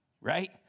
right